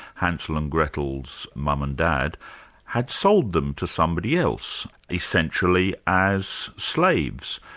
hansel and gretel's mum and dad had sold them to somebody else, essentially as slaves.